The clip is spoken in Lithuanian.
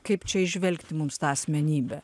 kaip čia įžvelgti mums tą asmenybę